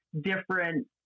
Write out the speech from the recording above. different